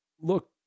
look